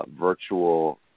virtual